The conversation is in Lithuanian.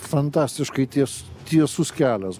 fantastiškai ties tiesus kelias